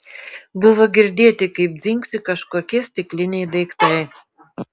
buvo girdėti kaip dzingsi kažkokie stikliniai daiktai